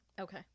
Okay